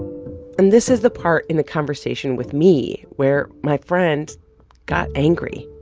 and this is the part in the conversation with me where my friend got angry.